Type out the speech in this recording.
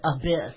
abyss